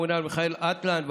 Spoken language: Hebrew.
הממונה מיכאל אטלן,